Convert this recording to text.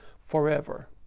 forever